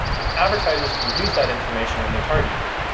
and advertisers can use that information when they're targeting you.